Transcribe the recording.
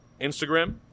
Instagram